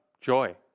joy